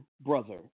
brother